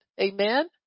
Amen